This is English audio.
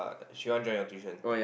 she want join your tuition